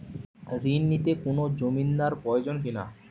ঋণ নিতে কোনো জমিন্দার প্রয়োজন কি না?